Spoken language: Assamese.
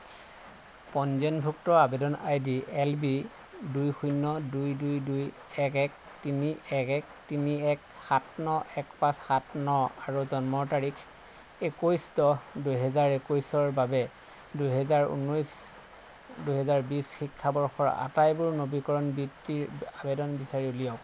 পঞ্জীয়নভুক্ত আবেদন আইডি এল ই দুই শূন্য দুই দুই দুই এক এক তিনি এক এক তিনি এক সাত ন এক পাঁচ সাত ন আৰু জন্মৰ তাৰিখ একৈছ দহ দুহেজাৰ একৈছৰ বাবে দুহেজাৰ উনৈছ দুহেজাৰ বিছ শিক্ষাবৰ্ষৰ আটাইবোৰ নবীকৰণ বিত্তীৰ আবেদন বিচাৰি উলিয়াওক